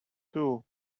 too